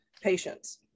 patients